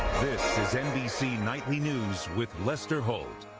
this is nbc nightly news with lester holt.